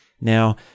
Now